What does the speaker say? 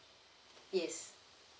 yes